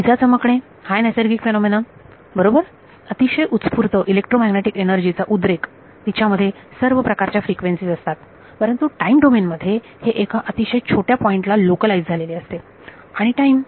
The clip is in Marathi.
विजा चमकणे हा नैसर्गिक फेनोमना बरोबर अतिशय उत्स्फूर्त इलेक्ट्रोमॅग्नेटिक एनर्जी चा उद्रेक तिच्या मध्ये सर्व प्रकारच्या फ्रिक्वेन्सी असतात परंतु टाईम डोमेन मध्ये हे एका अतिशय छोट्या पॉइंट ला लोकलाइज झालेले असते आणि टाईम